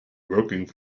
working